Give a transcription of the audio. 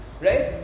right